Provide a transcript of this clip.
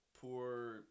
poor